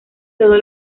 todos